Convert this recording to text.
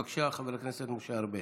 בבקשה, חבר הכנסת משה ארבל.